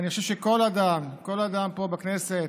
אני חושב שכל אדם, כל אדם פה בכנסת